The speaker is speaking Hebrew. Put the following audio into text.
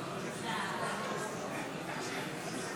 יואל אדלשטיין,